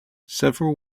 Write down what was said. several